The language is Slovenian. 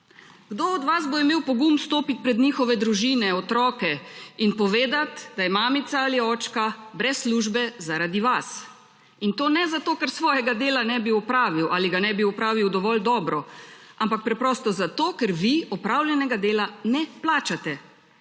Kdo od vas bo imel pogum stopiti pred njihove družine, otroke in povedati, da je mamica ali očka brez službe zaradi vas? In to ne zato, ker svojega dela ne bi opravil ali ga ne bi opravil dovolj dobro, ampak preprosto zato, ker vi opravljenega dela ne plačate